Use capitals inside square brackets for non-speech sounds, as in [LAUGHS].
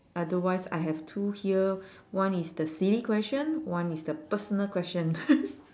otherwise I have two here one is the silly question one is the personal question [LAUGHS]